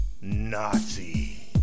Nazi